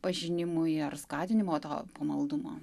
pažinimui ar skatinimo to pamaldumo